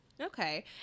Okay